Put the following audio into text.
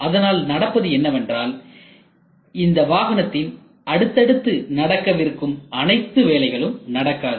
அதனால் நடப்பது என்னவென்றால் இந்த வாகனத்தில் அடுத்தடுத்து நடக்கவிருக்கும் அனைத்து வேலைகளும் நடக்காது